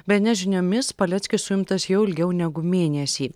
bns žiniomis paleckis suimtas jau ilgiau negu mėnesį